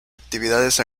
actividades